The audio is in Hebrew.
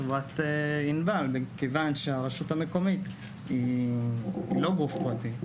לכן, כיוון שהרשות המקומית היא לא גוף פרטי,